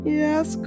yes